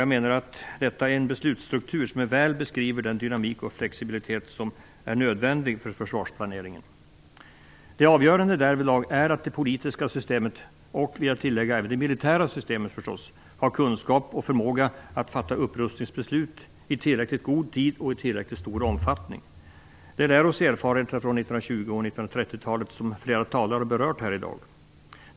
Jag menar att detta är en beslutsstruktur som väl beskriver den dynamik och flexibilitet som är nödvändig för försvarsplaneringen. Det avgörande därvidlag är att det politiska systemet och, vill jag tillägga, förstås även det militära systemet har kunskap och förmåga att fatta upprustningsbeslut i tillräckligt god tid och i tillräckligt stor omfattning. Det lär oss erfarenheterna från 1920 och 1930-talet, som flera talare har berört här i dag.